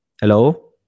Hello